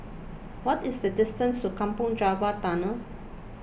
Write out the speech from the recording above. what is the distance to Kampong Java Tunnel